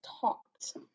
talked